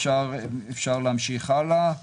אפשר להמשיך הלאה.